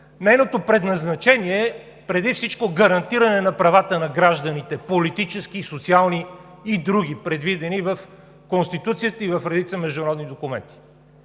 Нейното предназначение е преди всичко гарантиране правата на гражданите – политически, социални и други, предвидени в Конституцията и редица международни документи.